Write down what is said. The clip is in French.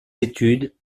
études